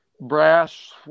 brass